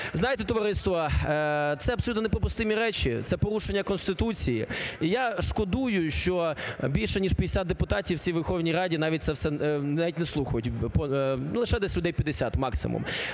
Знаєте, товариство, це абсолютно непримустимі речі. Це порушення Конституції. І я шкодую, що більше ніж 50 депутатів в цій Верховній Раді навіть це все, навіть не слухають, ну лише десь людей 50 максимум.